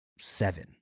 seven